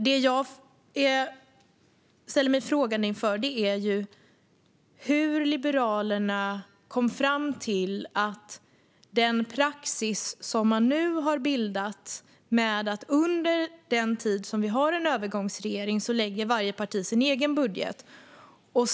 Det som jag ställer mig frågande inför är hur Liberalerna kom fram till den praxis som man nu har bildat. Under den tid som vi har en övergångsregering lägger varje parti fram sin egen budget.